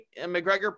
McGregor